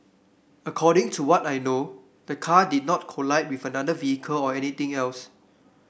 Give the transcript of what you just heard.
according to what I know the car did not collide with another vehicle or anything else